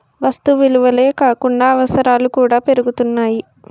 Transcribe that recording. వస్తు విలువలే కాకుండా అవసరాలు కూడా పెరుగుతున్నాయి